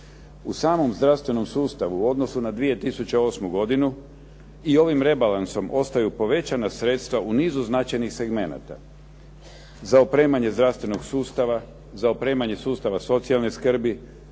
U samom zdravstvenom sustavu u odnosu na 2008. godinu i ovim rebalansom ostaju povećana sredstva u nizu značajnih segmenata. Za opremanje zdravstvenog sustava, za opremanja sustava socijalne skrbi,